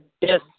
Yes